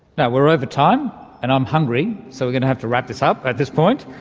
now, we're over time and i'm hungry, so we're going to have to wrap this up at this point.